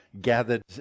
gathered